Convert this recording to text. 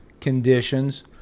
conditions